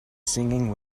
singing